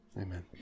Amen